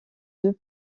deux